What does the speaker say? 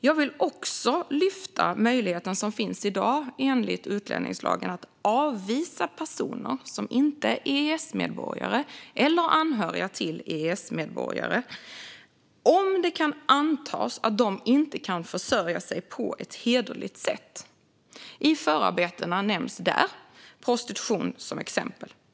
Jag vill också lyfta fram den möjlighet som finns i dag enligt utlänningslagen att avvisa personer som inte är EES-medborgare eller anhöriga till EES-medborgare om det kan antas att de inte kan försörja sig på ett hederligt sätt. I förarbetena nämns prostitution som exempel.